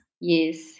Yes